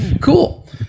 Cool